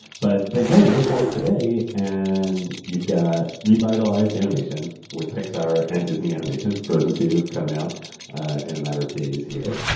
but if but yeah you look at it today and you've got revitalized animation with pixar and disney animation. frozen two coming out in a matter of days here.